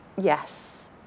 Yes